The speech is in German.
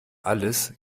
alles